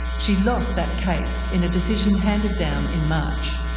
she lost that case in a decision handed down in march.